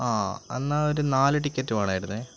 ആ എന്നാൽ ഒരു നാല് ടിക്കറ്റ് വേണമായിരുന്നു